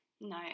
no